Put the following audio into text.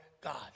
God